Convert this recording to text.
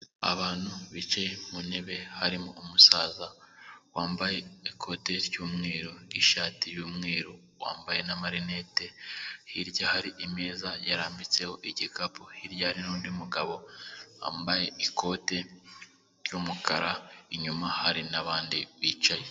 abantu bicaye ku ntebe harimo umusaza wambaye ikoti ry'umweru ishati yumweru wambaye na marinet hirya hari imeza yarambitseho igikapu hiryar nundi mugabo wambaye ikote ry'umukara inyuma hari nabandi bicaye Abantu bicaye mu ntebe, harimo umusaza wambaye ikoti ry'umweru, ishati y'umweru, wambaye na marinete. Hirya hari imeza yarambitseho igikapu. Hirya n'undi mugabo wambaye ikote ry'umukara. Inyuma hari n'abandi bicaye.